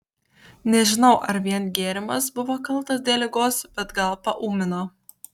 nežinau ar vien gėrimas buvo kaltas dėl ligos bet gal paūmino